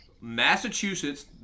Massachusetts